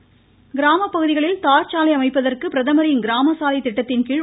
சிவகங்கை வாய்ஸ் கிராமப்பகுதிகளில் தார்ச்சாலை அமைப்பதற்கு பிரதமரின் கிராமசாலை திட்டத்தின்கீழ்